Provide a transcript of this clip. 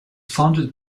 founded